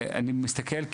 אני מסתכל,